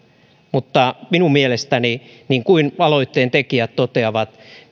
mutta minun mielestäni niin kuin aloitteen tekijät toteavat